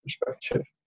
perspective